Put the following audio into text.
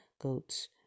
goats